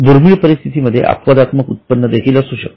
दुर्मिळ परिस्थिती मध्ये अपवादात्मक उत्पन्न देखील असू शकते